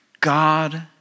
God